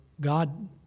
God